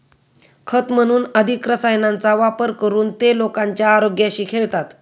खत म्हणून अधिक रसायनांचा वापर करून ते लोकांच्या आरोग्याशी खेळतात